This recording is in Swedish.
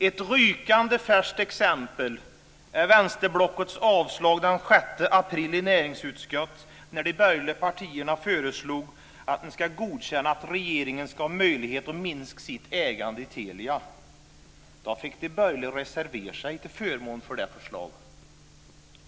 Ett rykande färskt exempel är vänsterblockets avstyrkande den 6 april i näringsutskottet av de borgerliga partiernas förslag att regeringen ska ha möjlighet att minska sitt ägande i Telia. Då fick de borgerliga reservera sig till förmån för det förslaget.